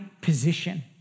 position